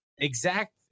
exact